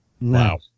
wow